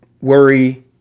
worry